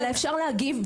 אלא אפשר להגיב.